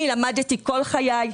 אני למדתי כל חיי.